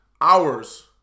hours